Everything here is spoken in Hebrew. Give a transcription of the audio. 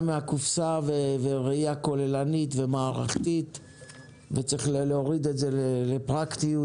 מהקופסה וראייה כוללנית ומערכתית וצריך להוריד את זה לפרקטיות,